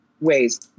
ways